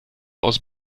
aus